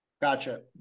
Gotcha